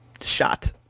shot